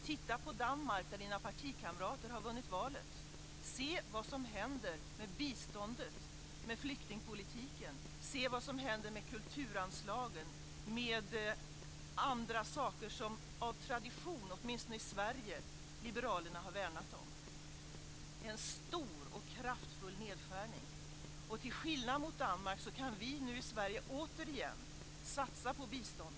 Titta på Danmark, där Elver Jonssons partikamrater har vunnit valet, och se vad som händer med biståndet, med flyktingpolitiken, med kulturanslagen och med andra saker som liberalerna av tradition, åtminstone i Sverige, har värnat om. Det sker en stor och kraftfull nedskärning. Till skillnad mot Danmark kan vi nu i Sverige återigen satsa på biståndet.